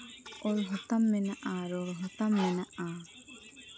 ᱚᱞ ᱦᱚᱸᱛᱟᱢ ᱢᱮᱱᱟᱜᱼᱟ ᱨᱚᱲ ᱦᱚᱸᱛᱟᱢ ᱢᱮᱱᱟᱜᱼᱟ